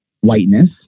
whiteness